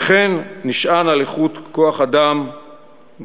וכן, הוא נשען על איכות כוח-אדם גבוהה,